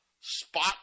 spot